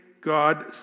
God